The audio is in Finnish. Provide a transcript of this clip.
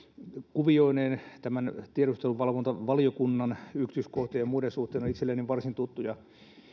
kuvioineen tämän tiedusteluvalvontavaliokunnan yksityiskohtien ja muiden suhteen on itselleni varsin tuttu